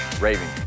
Raving